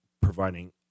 providing